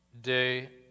day